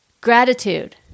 gratitude